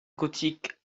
gothique